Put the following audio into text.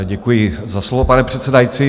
Děkuji za slovo, pane předsedající.